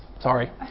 Sorry